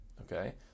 okay